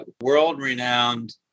world-renowned